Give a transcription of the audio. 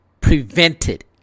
prevented